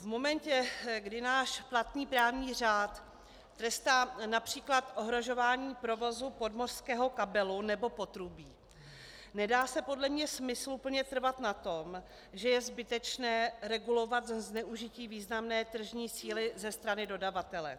V momentě, kdy náš platný právní řád trestá například ohrožování provozu podmořského kabelu nebo potrubí, nedá se podle mě smysluplně trvat na tom, že je zbytečné regulovat zneužití významné tržní síly ze strany dodavatele.